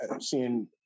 seeing